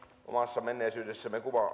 omassa menneisyydessämme